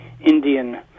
Indian